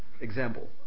example